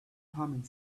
humming